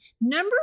number